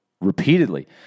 repeatedly